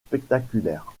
spectaculaire